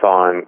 on